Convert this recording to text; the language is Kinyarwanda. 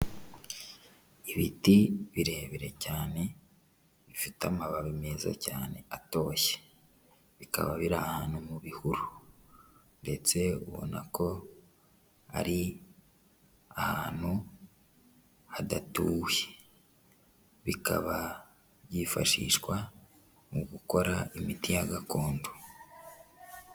Ibiti birebire cyane bifite amabara meza cyane atoshye, bikaba biri ahantu mu bihuru ndetse ubona ko ari ahantu hadatuwe, bikaba byifashishwa mu gukora imiti ya gakondo.